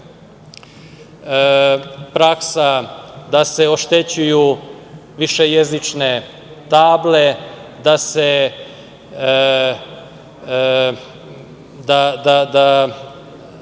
praksa da se oštećuju višejezične table, da se